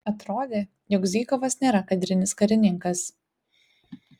atrodė jog zykovas nėra kadrinis karininkas